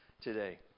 today